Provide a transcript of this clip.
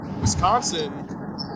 Wisconsin